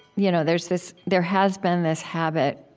you know there's this there has been this habit,